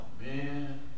man